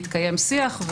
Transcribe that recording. והתקיים שיח,